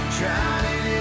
Drowning